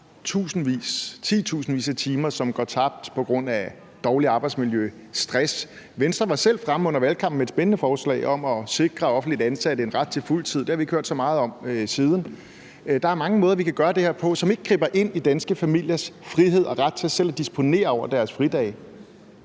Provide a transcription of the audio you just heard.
Vi har titusindvis af timer, som går tabt på grund af dårligt arbejdsmiljø, stress. Venstre var selv fremme under valgkampen med et spændende forslag om at sikre offentligt ansatte en ret til fuldtid – det har vi ikke hørt så meget om siden. Der er mange måder, vi kan gøre det her på, som ikke griber ind i danske familiers frihed og ret til selv at disponere over deres fridage.